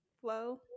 flow